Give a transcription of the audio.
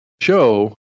show